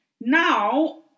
Now